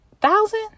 thousand